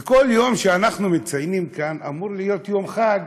וכל יום שאנחנו מציינים כאן אמור להיות יום חג.